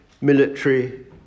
military